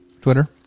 Twitter